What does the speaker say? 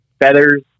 feathers